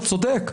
אתה צודק.